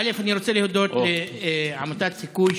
ראשית, אני רוצה להודות לעמותת סיכוי,